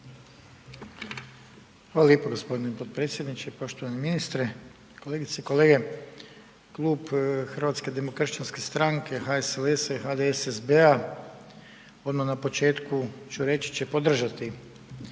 Hvala lijepo gospodine potpredsjedniče. Poštovani ministre, kolegice i kolege. Klub HDS-HSLS-HDSSB-a odmah na početku ću reći će podržati